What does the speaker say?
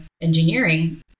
engineering